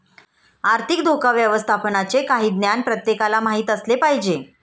आर्थिक धोका व्यवस्थापनाचे काही ज्ञान प्रत्येकाला माहित असले पाहिजे